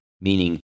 meaning